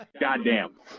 Goddamn